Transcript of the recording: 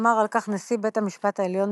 אמר על כך נשיא בית המשפט העליון,